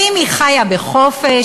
האם היא חיה בחופש?